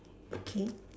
okay